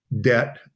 debt